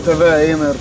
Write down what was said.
tave eina ir